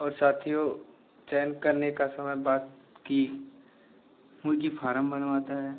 और साथ ही वह चयन करने का समय बाद की मुर्गी फारम बनवाता है